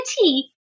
tea